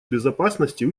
безопасности